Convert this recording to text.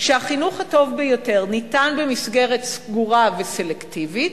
שהחינוך הטוב ביותר ניתן במסגרת סגורה וסלקטיבית,